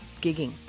gigging